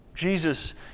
Jesus